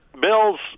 Bill's